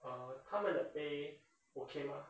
uh 他们的 pay okay ma